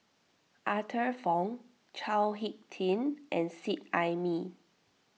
Arthur Fong Chao Hick Tin and Seet Ai Mee